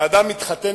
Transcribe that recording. של אדם שמתחתן,